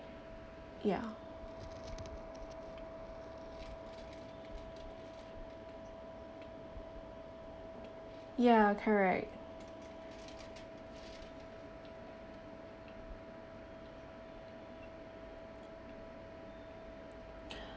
ya ya correct